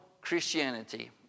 Christianity